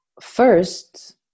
first